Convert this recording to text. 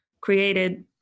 created